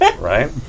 right